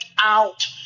out